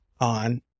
on